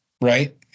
right